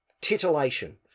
titillation